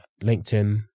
LinkedIn